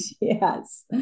Yes